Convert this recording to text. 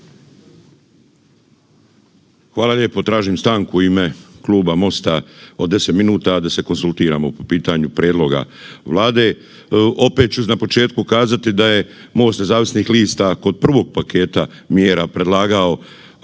Hvala lijepo tražim stanku u ime Kluba MOST-a da se konzultiramo po pitanju prijedloga Vlade. Opet ću na početku kazati da je MOST nezavisnih lista kod prvog paketa mjera predlagao